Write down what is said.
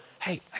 Hey